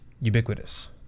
ubiquitous